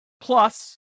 Plus